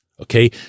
Okay